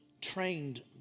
trained